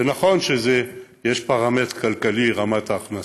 זה נכון שיש פרמטר כלכלי, רמת ההכנסה,